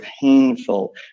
painful